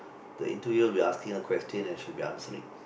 the interview be asking her questions and she answering